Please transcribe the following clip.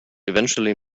eventually